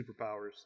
superpowers